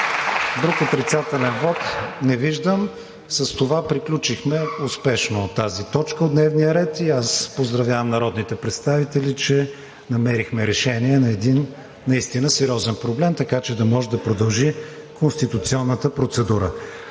Друг отрицателен вот? Не виждам. С това приключихме успешно тази точка от дневния ред и аз поздравявам народните представители, че намерихме решение на един наистина сериозен проблем, така че да може да продължи конституционната процедура.